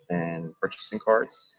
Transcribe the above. and purchasing cards.